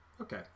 okay